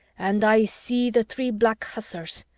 and i see the three black hussars,